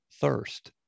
thirst